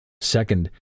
second